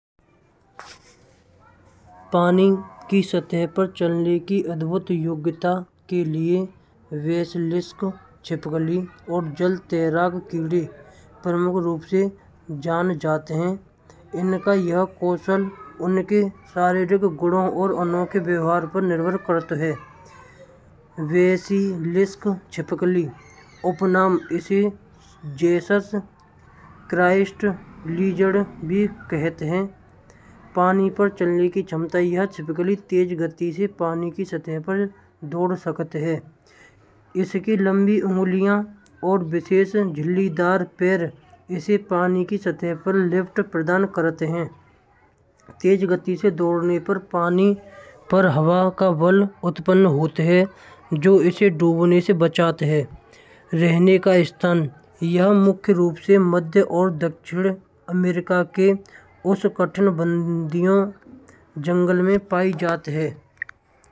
पानी की सतह पर चलने की अद्भुत योग्यता के लिए रेसलख चिपकली और जल तैराक कीड़े। प्रमुख रूप से जान जाते हैं। इनका यह कौशल उनके शारीरिक गुणों और अनोखे व्यवहार पर निर्भर करित है। रेसलख चिपकली उपनाम इसे जीसस क्राइस्ट लिजर्ड भी कहते हैं। पानी पर चलने की क्षमता। यह चिपकली तेज गति से पानी की सतह पर दौड़ सकते हैं, इसकी लंबी उंगलियां और विशेष झीलदार पैर इसे पानी की सतह पर लिपट प्रदान करत हैं। तेज गति से दौड़ने पर पानी पर हवा का बाल उत्पन्न होते हैं। जो इसे डुबने से बचाते हैं, रहने का स्थान। ये मुख्य रूप से मध्य और दक्षिण अमेरिका के उष्ण कछान बंधुओं जंगल में पाई जाती हैं।